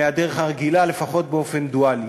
מהדרך הרגילה, לפחות באופן דואלי.